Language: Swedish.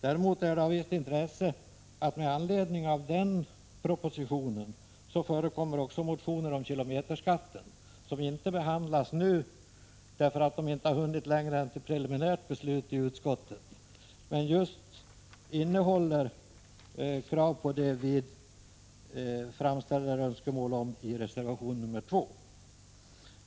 Däremot är det av visst intresse att det också med anledning av den propositionen förekommer motioner om kilometerskatten, motioner som inte behandlas nu därför att de inte har hunnit längre än till ett preliminärt beslut i utskottet. Dessa motioner innehåller just krav på det som vi framställer önskemål om i reservation nr 2.